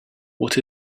what